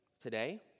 today